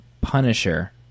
Punisher